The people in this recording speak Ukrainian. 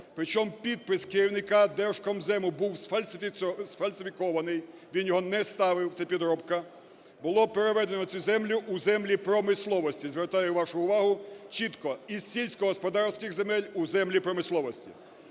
причому підпис керівника Держкомзему був сфальсифікований, він його не ставив, це підробка, було переведено цю землю у землі промисловості, звертаю вашу увагу, чітко із сільськогосподарських земель у землі промисловості.